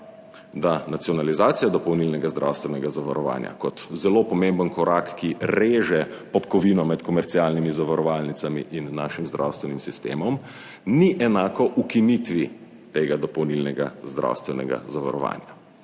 da nacionalizacija dopolnilnega zdravstvenega zavarovanja kot zelo pomemben korak, ki reže popkovino med komercialnimi zavarovalnicami in našim zdravstvenim sistemom ni enako ukinitvi tega dopolnilnega zdravstvenega zavarovanja.